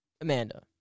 Amanda